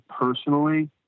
personally